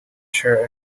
shirt